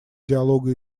диалога